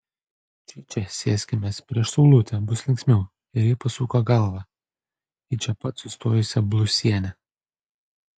šičia sėskimės prieš saulutę bus linksmiau ir ji pasuko galvą į čia pat sustojusią blusienę